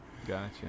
Gotcha